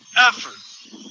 Effort